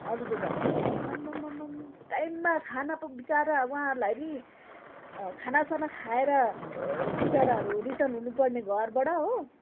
हजुर दादा आम्मामामम् टाइममा खाना पो बिचारा उहाँहरलाई नि खाना साना खाएर बिचाराहरू रिटर्न हुनुपर्ने घरबाट हो